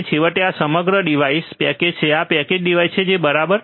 અને છેવટે આ સમગ્ર ડિવાઇસ પેકેજ્ડ છે આ પેકેજ્ડ ડિવાઇસ છે બરાબર